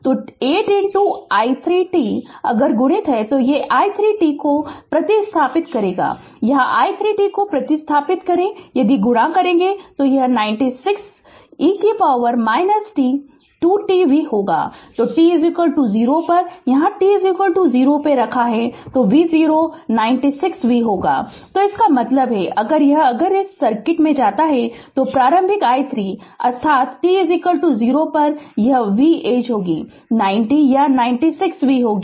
तो 8 i3 t अगर गुणीत यह i3 t को प्रतिस्थापित करेगा यहाँ i3 t को प्रतिस्थापित करें यदि गुणा करें तो यह 96 e t 2 t V होगा तो t 0 पर यहाँ t 0 पर रखें तो v0 96 V होगा तो इसका मतलब है यह एक अगर इस सर्किट में जाता है तो प्रारंभिक i 3 अर्थात् t 0 पर यह V ऐज होगी 90 या 96 V होगी